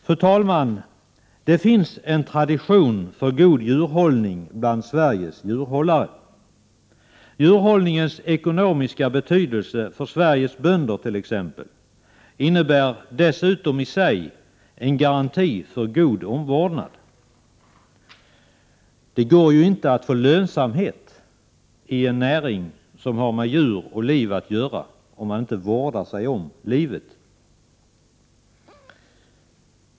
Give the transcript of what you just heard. Fru talman! Det finns en tradition bland Sveriges djurhållare att ha god djurhållning. Djurhållningens ekonomiska betydelse för Sveriges bönder t.ex. innebär dessutom i sig en garanti för god omvårdnad. Det går ju inte att uppnå lönsamhet i en näring som har med djur och liv att göra om man inte vårdar sig om livet.